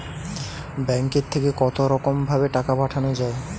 ব্যাঙ্কের থেকে কতরকম ভাবে টাকা পাঠানো য়ায়?